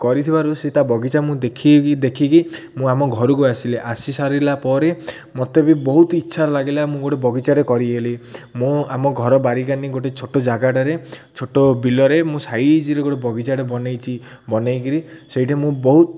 କରିଥିବାରୁ ସେ ତା ବଗିଚା ମୁଁ ଦେଖି ଦେଖିକି ମୁଁ ଆମ ଘରକୁ ଆସିଲି ଆସି ସାରିଲା ପରେ ମତେ ବି ବହୁତ ଇଚ୍ଛା ଲାଗିଲା ମୁଁ ଗୋଟେ ବଗିଚାଟେ କରିବି ବୋଲି ମୁଁ ଆମ ଘର ବାରିକାନି ଗୋଟେ ଛୋଟ ଜାଗାଟାରେ ଛୋଟ ବିଲରେ ମୁଁ ସାଇଜ୍ରେ ଗୋଟେ ବଗିଚାଟେ ବନେଇଛି ବନେଇକିରି ସେଇଠି ମୁଁ ବହୁତ